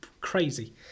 crazy